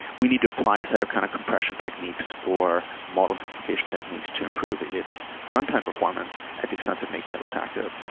we need to apply a set of kind of compression techniques or model simplification techniques to improve its runtime performance at the expense of making it less accurate.